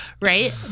right